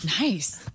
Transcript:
Nice